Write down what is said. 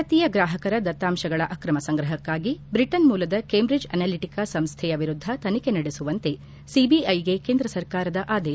ಭಾರತೀಯ ಗ್ರಾಹಕರ ದತ್ತಾಂಶಗಳ ಆಕ್ರಮ ಸಂಗ್ರಹಕ್ಕಾಗಿ ಬ್ರಿಟನ್ ಮೂಲದ ಕೇಂಬ್ರಿಡ್ಜ್ ಅನಾಲಿಟಿಕಾ ಸಂಸ್ಥೆಯ ವಿರುದ್ದ ತನಿಖೆ ನಡೆಸುವಂತೆ ಸಿಬಿಐಗೆ ಕೇಂದ್ರ ಸರ್ಕಾರದ ಆದೇಶ